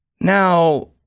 Now